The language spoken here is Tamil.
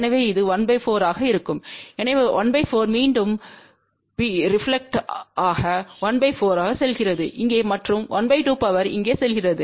எனவே அது ¼ ஆக இருக்கும் எனவே 14 மீண்டும் பி ரெபிளெக்ட் ¼ செல்கிறது இங்கே மற்றும் ½ பவர் இங்கே செல்கிறது